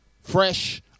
Fresh